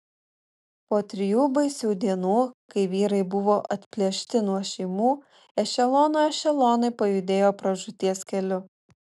po trijų baisių dienų kai vyrai buvo atplėšti nuo šeimų ešelonų ešelonai pajudėjo pražūties keliu